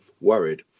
worried